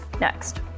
next